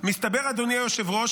אדוני היושב-ראש,